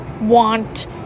want